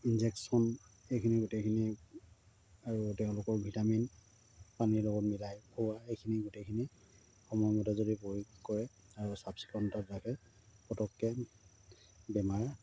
injection এইখিনি গোটেইখিনি আৰু তেওঁলোকৰ ভিটামিন পানীৰ লগত মিলাই খোওৱা এইখিনি গোটেইখিনি সময়মতে যদি প্ৰয়োগ কৰে আৰু চাফ চিকুণত ৰাখে পটককৈ বেমাৰ